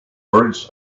words